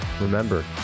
remember